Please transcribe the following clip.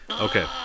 Okay